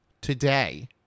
today